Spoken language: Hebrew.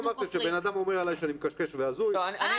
כשבן אדם אומר עלי שאני מקשקש והזוי --- לא,